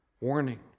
warning